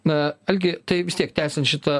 na algi tai vis tiek tęsian šitą